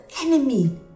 enemy